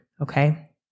okay